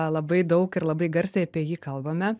labai daug ir labai garsiai apie jį kalbame